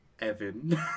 Evan